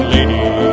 Lady